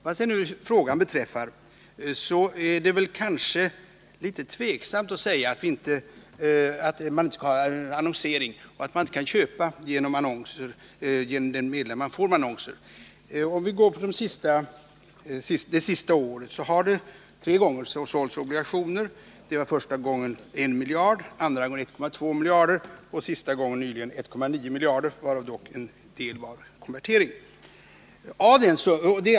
Vad själva frågan beträffar är det väl litet tveksamt att säga att det inte skall vara annonsering och att det inte går att köpa genom det meddelande man får via annonserna. Om vi ser på det senaste året finner vi att det tre gånger har sålts obligationer. Det var första gången 1 miljard, andra gången 1,2 miljarder och tredje gången — nyligen — 1,9 miljarder, varav dock en del var konvertering.